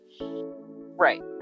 right